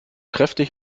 kräftig